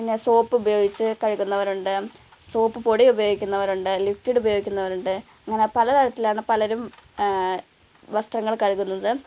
പിന്നെ സോപ്പ് ഉപയോഗിച്ച് കഴുകുന്നവരുണ്ട് സോപ്പ് പൊടി ഉപയോഗിക്കുന്നവരുണ്ട് ലിക്ക്യുഡ് ഉപയോഗിക്കുന്നവരുണ്ട് അങ്ങനെ പല തലത്തിലാണ് പലരും വസ്ത്രങ്ങള് കഴുകുന്നത്